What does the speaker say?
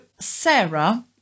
Sarah